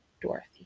Dorothy